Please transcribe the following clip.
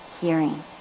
hearing